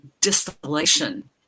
distillation